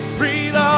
breathe